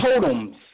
totems